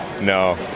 no